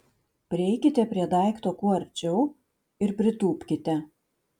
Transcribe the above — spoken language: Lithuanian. prieikite prie daikto kuo arčiau ir pritūpkite